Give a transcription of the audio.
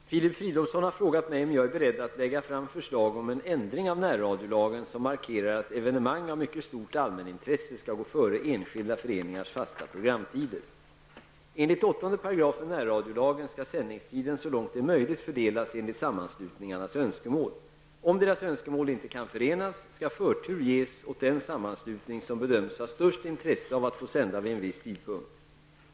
Herr talman! Filip Fridolfsson har frågat mig om jag är beredd att lägga fram förslag om en ändring av närradiolagen som markerar att evenemang av mycket stort allmänintresse skall gå före enskilda föreningars fasta programtider. Enligt 8 § närradiolagen skall sändningstiden så långt det är möjligt fördelas enligt sammanslutningarnas önskemål. Om deras önskemål ej kan förenas skall förtur ges åt den sammanslutning som bedöms ha störst intresse av att få sända vid en viss tidpunkt.